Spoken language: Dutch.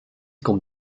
komt